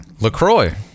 LaCroix